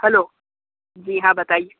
hello ji हाँ बताइए